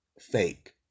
Fake